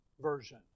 version